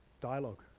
dialogue